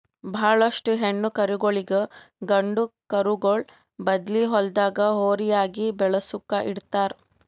ಭಾಳೋಷ್ಟು ಹೆಣ್ಣ್ ಕರುಗೋಳಿಗ್ ಗಂಡ ಕರುಗೋಳ್ ಬದ್ಲಿ ಹೊಲ್ದಾಗ ಹೋರಿಯಾಗಿ ಬೆಳಸುಕ್ ಇಡ್ತಾರ್